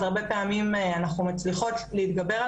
אז הרבה פעמים אנחנו מצליחות להתגבר על